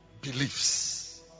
beliefs